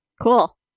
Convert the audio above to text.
Cool